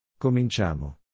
Cominciamo